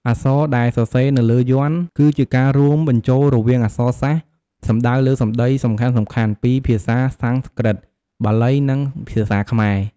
អក្សរដែលសរសេរនៅលើយន្តគឺជាការរួមបញ្ចូលរវាងអក្សរសាស្ត្រ សំដៅលើសំដីសំខាន់ៗ ពីភាសាសំស្ក្រឹត បាលី និងភាសាខ្មែរ។